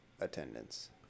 attendance